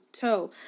toe